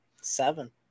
Seven